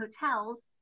hotels